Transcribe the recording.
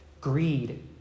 Greed